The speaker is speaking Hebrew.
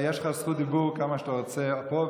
יש לך זכות דיבור כמה שאתה רוצה פה,